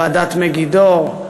ועדת מגידור,